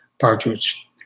Partridge